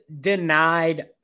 denied